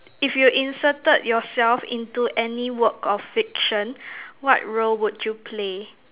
if you inserted yourself into any work of fiction what role would you play